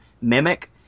mimic